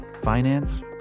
finance